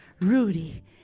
Rudy